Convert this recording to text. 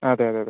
അതെ അതെ അതെ